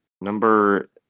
Number